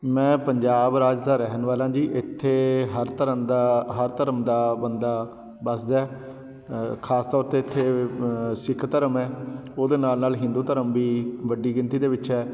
ਮੈਂ ਪੰਜਾਬ ਰਾਜ ਦਾ ਰਹਿਣ ਵਾਲਾ ਜੀ ਇੱਥੇ ਹਰ ਧਰਮ ਦਾ ਹਰ ਧਰਮ ਦਾ ਬੰਦਾ ਵਸਦਾ ਹੈ ਖਾਸ ਤੌਰ 'ਤੇ ਇੱਥੇ ਸਿੱਖ ਧਰਮ ਹੈ ਉਹਦੇ ਨਾਲ ਨਾਲ ਹਿੰਦੂ ਧਰਮ ਵੀ ਵੱਡੀ ਗਿਣਤੀ ਦੇ ਵਿੱਚ ਹੈ